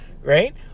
right